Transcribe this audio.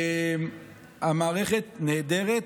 המערכת נהדרת,